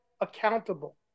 accountable